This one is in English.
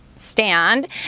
Stand